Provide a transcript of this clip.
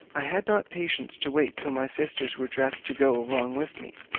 i had not patience to wait till my sisters were dressed to go along with me,